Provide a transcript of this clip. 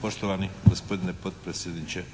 Poštovani gospodine potpredsjedniče,